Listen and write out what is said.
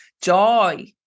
joy